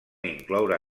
incloure